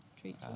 Treat